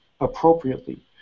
appropriately